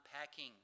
unpacking